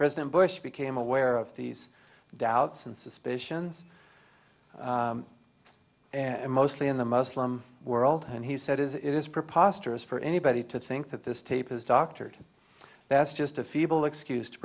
president bush became aware of these doubts and suspicions and mostly in the muslim world and he said it is preposterous for anybody to think that this tape was doctored best just a feeble excuse to